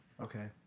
Okay